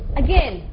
again